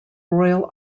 royal